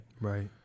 Right